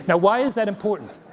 yeah why is that important?